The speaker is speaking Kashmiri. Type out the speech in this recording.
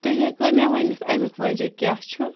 تُہۍ ہؠکوٕ مےٚ ؤنِتھ امیُک وَجہ کیٛاہ چھُ